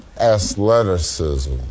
Athleticism